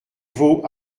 vaux